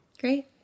Great